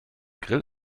grill